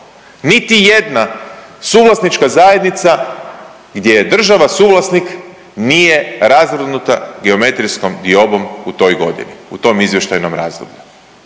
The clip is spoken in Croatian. niti jedna suvlasnička zajednica gdje je država suvlasnik nije razvrgnuta geometrijskom diobom u toj godini u tom izvještajnom razdoblju,